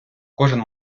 кожен